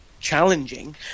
challenging